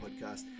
Podcast